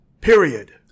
period